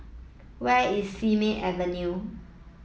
where is Simei Avenue